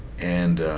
and